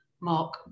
Mark